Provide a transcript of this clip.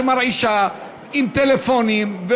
שמרעישה עם טלפונים.